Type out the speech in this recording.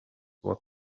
what